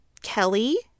Kelly